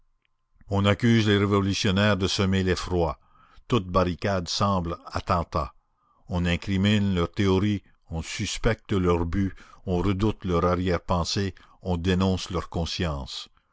on accuse les révolutionnaires de semer l'effroi toute barricade semble attentat on incrimine leurs théories on suspecte leur but on redoute leur arrière-pensée on dénonce leur conscience